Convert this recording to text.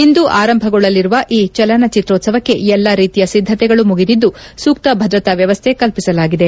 ಇಂದು ಆರಂಭಗೊಳ್ಳಲಿರುವ ಈ ಚಲನಚಿತ್ರೋತ್ಸವಕ್ಕೆ ಎಲ್ಲಾ ರೀತಿಯ ಸಿದ್ಧತೆಗಳು ಮುಗಿದಿದ್ದು ಸೂಕ್ತ ಭದ್ರತಾ ವ್ಯವಸ್ಥೆ ಕಲ್ಪಿಸಲಾಗಿದೆ